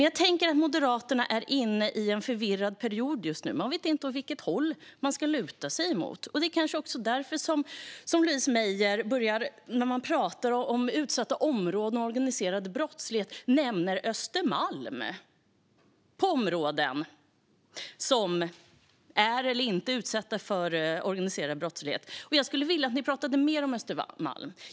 Jag tänker att Moderaterna är inne i en förvirrad period just nu. Ni vet inte åt vilket håll ni ska luta er. Det är kanske därför som Louise Meijer, när hon pratar om utsatta områden och organiserad brottslighet, nämner Östermalm. Jag skulle vilja att ni pratade mer om Östermalm.